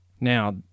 Now